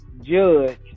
Judge